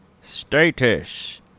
Status